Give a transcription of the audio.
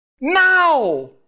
Now